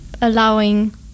allowing